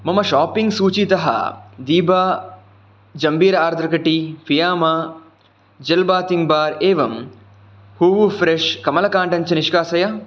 मम शाप्पिङ्ग् सूचीतः दीभा जम्बीरार्द्रकं tea Fiama gel bathing bar एवं हूवु फ्रे़श् कमलकाण्डं च निष्कासय